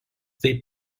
taip